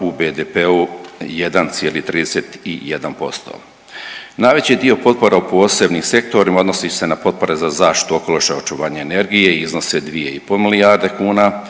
u BDP-u 1,31%. Najveći dio potpora u posebnim sektorima odnosi se na potpore za zaštitu okoliša i očuvanje energije i iznosi 2,5 milijarde kuna,